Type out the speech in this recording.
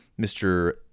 Mr